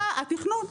גורמי התכנון.